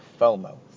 FOMO